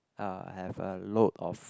uh have a load of